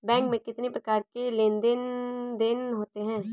Bank में कितनी प्रकार के लेन देन देन होते हैं?